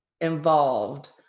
involved